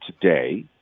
today